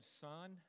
son